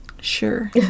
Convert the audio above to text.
sure